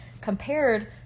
compared